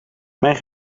mijn